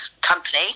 company